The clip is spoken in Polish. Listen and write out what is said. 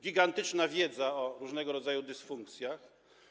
Gigantyczna wiedza o różnego rodzaju dysfunkcjach.